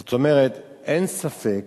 זאת אומרת, אין ספק